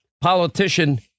politician